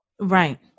Right